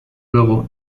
luego